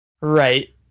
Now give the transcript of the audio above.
Right